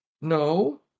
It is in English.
No